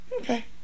Okay